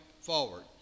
forward